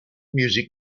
music